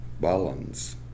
balance